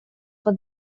for